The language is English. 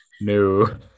No